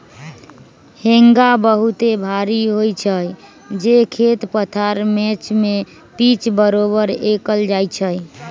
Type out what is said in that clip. हेंगा बहुते भारी होइ छइ जे खेत पथार मैच के पिच बरोबर कएल जाइ छइ